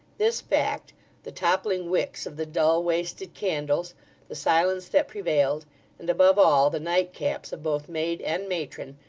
this fact the toppling wicks of the dull, wasted candles the silence that prevailed and, above all, the nightcaps of both maid and matron,